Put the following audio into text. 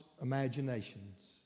imaginations